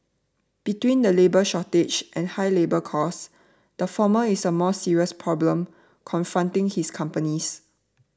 between the labour shortage and high labour costs the former is a more serious problem confronting his companies